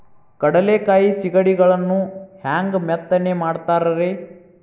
ಕಡಲೆಕಾಯಿ ಸಿಗಡಿಗಳನ್ನು ಹ್ಯಾಂಗ ಮೆತ್ತನೆ ಮಾಡ್ತಾರ ರೇ?